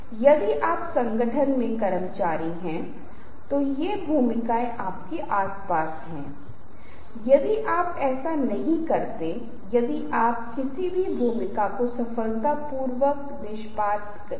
चीजों का भारी समर्थन न करें क्योंकि या तो वे अहंकार की भावना या अंतर की भावना का संचार करते हैं उनमें से कोई भी प्रस्तुति के लिए अच्छा नहीं है